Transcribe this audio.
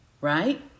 right